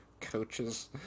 coaches